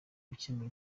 gucyemura